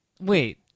Wait